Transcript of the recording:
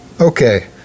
Okay